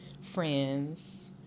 friends